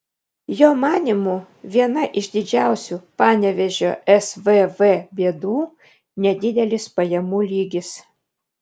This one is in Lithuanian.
jo manymu viena iš didžiausių panevėžio svv bėdų nedidelis pajamų lygis